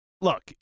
Look